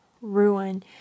ruin